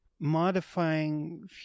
modifying